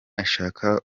ashaka